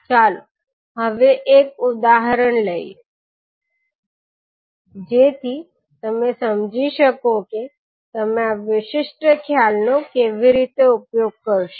ચાલો હવે એક ઉદાહરણ લઈએ જેથી તમે સમજી શકો કે તમે આ વિશિષ્ટ ખ્યાલનો કેવી રીતે ઉપયોગ કરશો